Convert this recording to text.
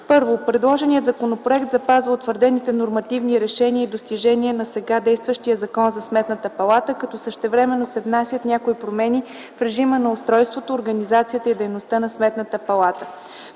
Първо, предложеният законопроект запазва утвърдените нормативни решения и достижения на сега действащия Закон за Сметната палата, като същевременно се внасят някои промени в режима на устройството, организацията и дейността на Сметната палата.